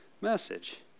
message